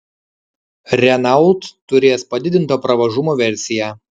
renault turės padidinto pravažumo versiją